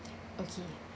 okay